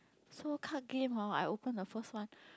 so card game hor I open the first one